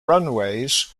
runways